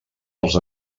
els